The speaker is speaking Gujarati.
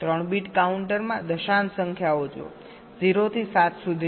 3 બીટ કાઉન્ટરમાં દશાંશ સંખ્યાઓ જુઓ 0 થી 7 સુધીની હશે